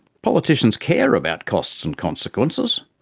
politicians care about costs and consequences.